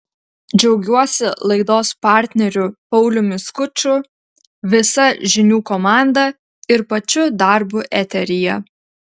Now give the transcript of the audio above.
džiaugiuosi laidos partneriu pauliumi skuču visa žinių komanda ir pačiu darbu eteryje